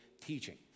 teaching